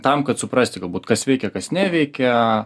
tam kad suprasti galbūt kas veikia kas neveikia